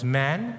man